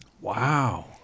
Wow